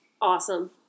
Awesome